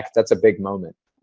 that's a big moment.